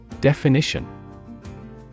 Definition